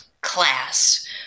class